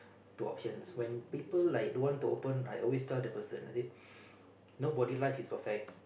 two options when people like don't want to open I always tell the person I say nobody life is perfect